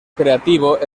creativo